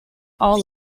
all